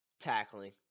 tackling